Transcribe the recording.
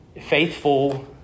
Faithful